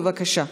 בבקשה.